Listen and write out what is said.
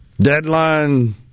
Deadline